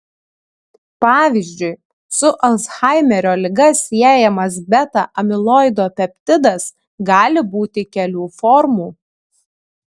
pavyzdžiui su alzhaimerio liga siejamas beta amiloido peptidas gali būti kelių formų